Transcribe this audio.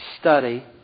study